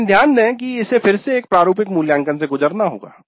लेकिन ध्यान दें कि इसे फिर से एक प्रारूपिक मूल्यांकन से गुजरना होगा